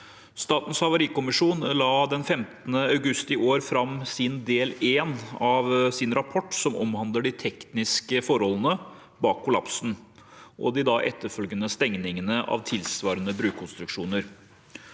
Statens havarikommisjon la den 15. august i år fram del 1 av sin rapport, som omhandler de tekniske forholdene bak kollapsen og de etterfølgende stengingene av tilsvarende brukonstruksjoner.